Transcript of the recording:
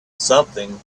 something